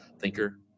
thinker